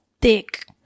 thick